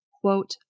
Quote